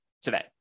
today